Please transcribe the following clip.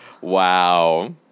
Wow